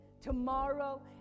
tomorrow